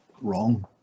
wrong